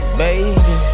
baby